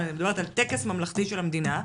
אבל אני מדברת על טקס ממלכתי של המדינה,